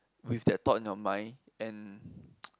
with that thought in your mind and